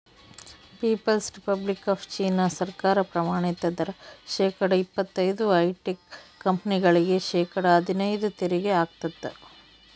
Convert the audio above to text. people's republic of China ಸರ್ಕಾರ ಪ್ರಮಾಣಿತ ದರ ಶೇಕಡಾ ಇಪ್ಪತೈದು ಹೈಟೆಕ್ ಕಂಪನಿಗಳಿಗೆ ಶೇಕಡಾ ಹದ್ನೈದು ತೆರಿಗೆ ಹಾಕ್ತದ